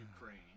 Ukraine